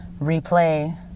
replay